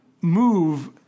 move